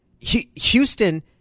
Houston